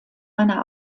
meiner